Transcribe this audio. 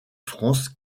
france